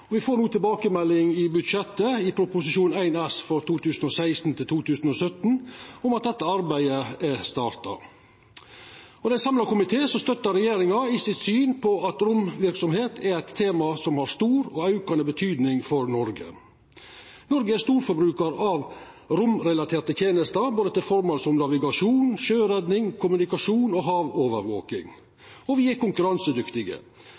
Og me får no tilbakemelding i budsjettet, i Prop. 1 S for 2016–2017, om at dette arbeidet er starta. Det er ein samla komité som støttar regjeringa sitt syn om at romverksemd er eit tema som har stor og aukande betyding for Noreg. Noreg er storforbrukar av romrelaterte tenester, både til formål som navigasjon, sjøredning, kommunikasjon og